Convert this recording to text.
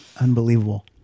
Unbelievable